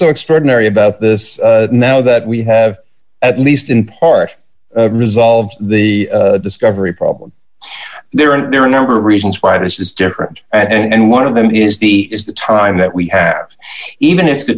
so extraordinary about this now that we have at least in part resolved the discovery problem there and there are a number of reasons why this is different and one of them is the is the time that we have even if the